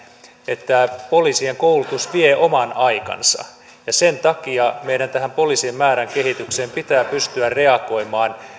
että poliisien koulutus vie oman aikansa ja sen takia meidän tähän poliisien määrän kehitykseen pitää pystyä reagoimaan